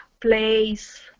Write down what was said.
place